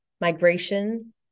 migration